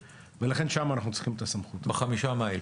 לכן שם אנחנו צריכים את הסמכות, ב-6-5 מייל,